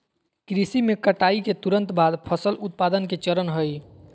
कृषि में कटाई के तुरंत बाद फसल उत्पादन के चरण हइ